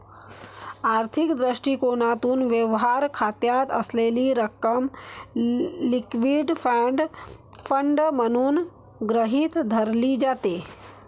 आर्थिक दृष्टिकोनातून, व्यवहार खात्यात असलेली रक्कम लिक्विड फंड म्हणून गृहीत धरली जाते